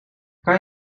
kan